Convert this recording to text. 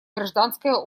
гражданское